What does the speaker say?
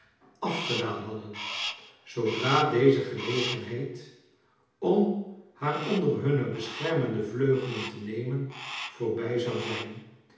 afgedaan hadden zoodra deze gelegenheid om haar onder hunne beschermende vleugelen te nemen voorbij zou zijn